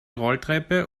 rolltreppe